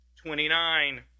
Twenty-nine